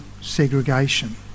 segregation